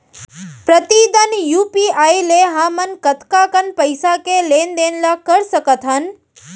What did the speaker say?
प्रतिदन यू.पी.आई ले हमन कतका कन पइसा के लेन देन ल कर सकथन?